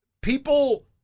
people